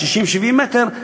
60 70 מ"ר,